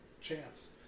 chance